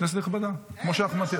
כנסת נכבדה" כמו אחמד טיבי.